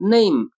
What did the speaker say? Name